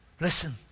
listen